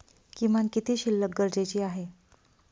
किमान किती शिल्लक गरजेची आहे?